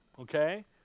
okay